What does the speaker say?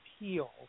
appeal